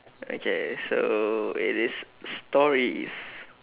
okay so it is stories